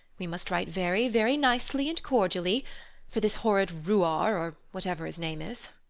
we must write very, very nicely and cordially for this horrid ruar or whatever his name is.